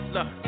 Look